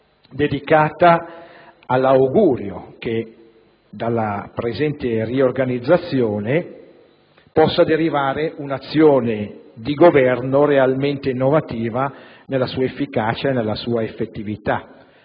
esprimere l'augurio che dalla presente riorganizzazione possa derivare un'azione di Governo realmente innovativa nella sua efficacia e nella sua effettività.